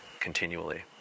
continually